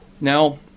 Now